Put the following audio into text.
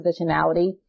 positionality